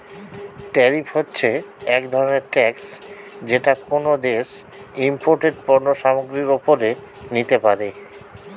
tariff হচ্ছে এক ধরনের ট্যাক্স যেটা কোনো দেশ ইমপোর্টেড পণ্য সামগ্রীর ওপরে নিতে পারে